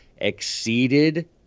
exceeded